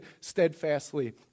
steadfastly